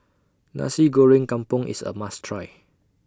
Nasi Goreng Kampung IS A must Try